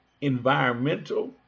environmental